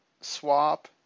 swap